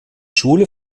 schule